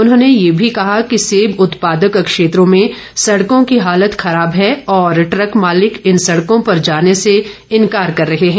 उन्होंने ये भी कहा कि सेब उत्पादक क्षेत्रों में सडकों की हालत खराब है और ट्रक मालिक इन सडकों पर जाने से इनकार कर रहे हैं